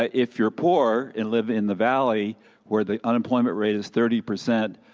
ah if you're poor and live in the valley where the unemployment rate is thirty percent,